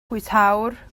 bwytäwr